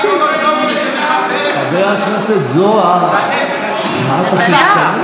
האידיאולוגיה המשותפת, חבר הכנסת זוהר, די.